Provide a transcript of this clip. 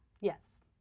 Yes